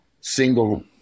single